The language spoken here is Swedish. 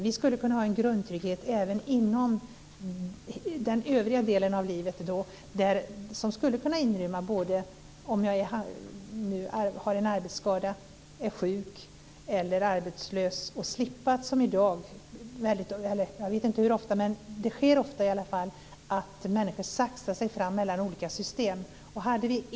Vi skulle kunna ha en grundtrygghet även under den övriga delen av livet som skulle kunna inrymma både arbetsskada, sjukdom och arbetslöshet. Då skulle man slippa saxa sig fram mellan olika system. Det sker ofta.